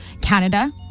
Canada